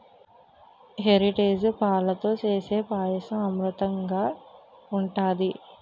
Heritage పాలతో సేసే పాయసం అమృతంనాగ ఉంటది